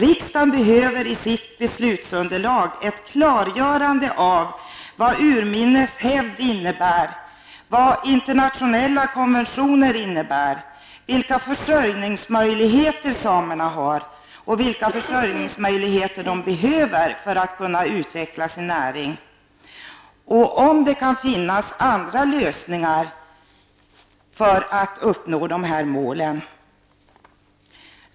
Riksdagen behöver i sitt beslutsunderlag ett klargörande av vad urminnes hävd innebär, vad internationella konventioner innebär, vilka försörjningsmöjligheter samerna har, vilka försörjningsmöjligheter de behöver för att kunna utveckla sin näring och om det kan finnnas andra lösningar för att uppnå de här målen.